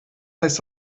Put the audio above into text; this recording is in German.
heißt